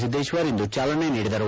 ಸಿದ್ದೇಶ್ವರ್ ಇಂದು ಚಾಲನೆ ನೀಡಿದರು